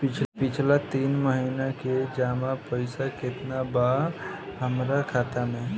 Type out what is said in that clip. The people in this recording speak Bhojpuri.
पिछला तीन महीना के जमा पैसा केतना बा हमरा खाता मे?